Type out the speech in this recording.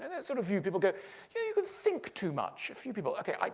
and that sort of view people get you can think too much. a few people. okay. like